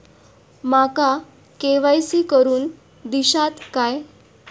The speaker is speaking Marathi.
माका के.वाय.सी करून दिश्यात काय?